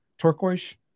Turquoise